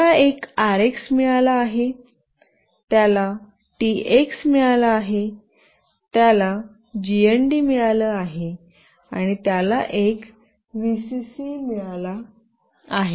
त्याला एक आरएक्स मिळाला आहे त्याला टीएक्स मिळाला आहे त्याला जीएनडी मिळालं आहे आणि त्याला एक वीसीसी मिळाला आहे